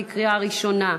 בקריאה ראשונה.